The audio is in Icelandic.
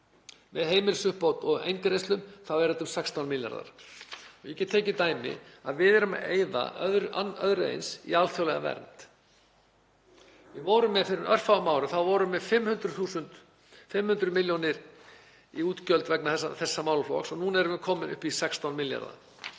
með heimilisuppbót og eingreiðslum eru þetta um 16 milljarðar. Ég get tekið dæmi. Við erum að eyða öðru eins í alþjóðlega vernd. Við vorum með fyrir örfáum árum 500 milljónir í útgjöld vegna þessa málaflokks og núna erum við komin upp í 16 milljarða.